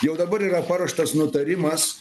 jau dabar yra paruoštas nutarimas